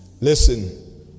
Listen